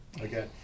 okay